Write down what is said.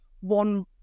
one